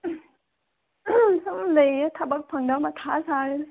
ꯁꯨꯝ ꯂꯩꯔꯤ ꯊꯕꯛ ꯐꯪꯗꯕꯒꯤ ꯃꯊꯥ ꯁꯥꯔꯤꯝꯅꯤ